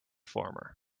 former